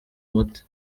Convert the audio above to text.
umuti